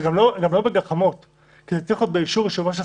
זה גם לא בגחמות כי זה צריך להיות באישור יושב-ראש הסיעה.